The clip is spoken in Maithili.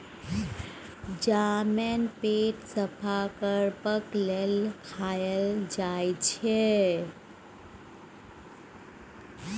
जमैन पेट साफ करबाक लेल खाएल जाई छै